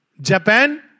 Japan